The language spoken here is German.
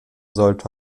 sollte